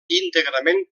íntegrament